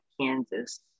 Kansas